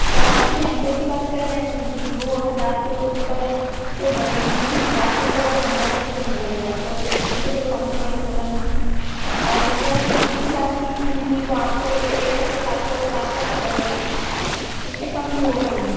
वो आप जो हैंगर की बात कर रहें हैं न दीदी वो हज़ार के ऊपर तो बनेगा ही हज़ार के ऊपर पंद्रह सौ के बीच बनेगा तो इसमें तो कोई कोम्प्रोमाईज़ होगा नहीं और जो आप फिशेस की बात की थी न दीदी वो आपको छः सौ से सात सौ सात सौ तक बनेगा उससे कम तो होगा नहीं